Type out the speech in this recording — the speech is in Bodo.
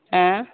मा